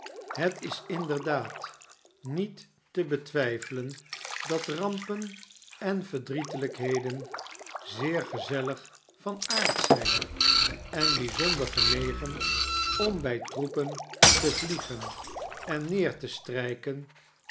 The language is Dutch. het is inderdaad niet te betwijfelen dat rampen en verdrietelijkheden zeer gezellig van aard zijn en bij zonder genegen om bij troepen te vliegen en neer te strijken